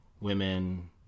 women